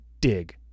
dig